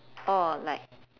oh like